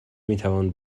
میتوان